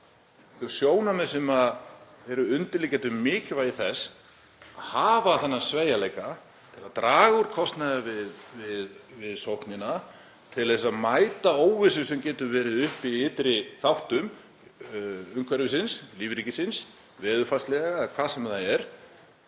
þau sjónarmið sem eru undirliggjandi um mikilvægi þess að hafa þennan sveigjanleika til að draga úr kostnaði við sóknina, til að mæta óvissu sem getur verið uppi í ytri þáttum umhverfisins, lífríkisins, veðurfarslega eða hvað sem það er.